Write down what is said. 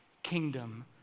kingdom